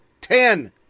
Ten